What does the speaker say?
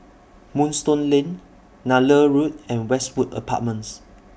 Moonstone Lane Nallur Road and Westwood Apartments